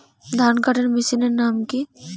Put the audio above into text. ধান কাটার মেশিনের নাম কি?